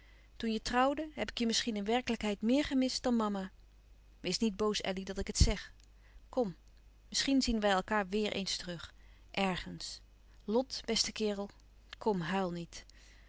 toen je trouwde heb ik je misschien in werkelijkheid meer gemist dan mama wees niet boos elly dat ik het zeg kom misschien zien wij elkaâr weêr eens terug ergens lot beste kerel kom huil niet